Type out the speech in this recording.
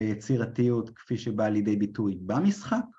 ‫יצירתיות כפי שבא על ידי ביטוי במשחק.